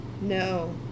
No